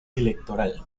electoral